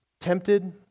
tempted